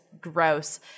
gross